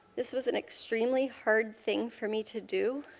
this was an extremely hard thing for me to do,